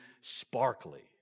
sparkly